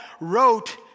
wrote